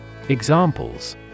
Examples